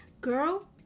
Girl